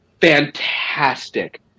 fantastic